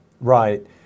Right